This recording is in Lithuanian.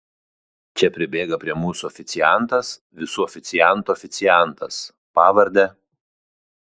čia pribėga prie mūsų oficiantas visų oficiantų oficiantas pavarde